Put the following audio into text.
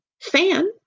fan